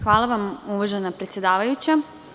Hvala vam uvažena predsedavajuća.